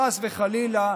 חס וחלילה,